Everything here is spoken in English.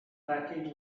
package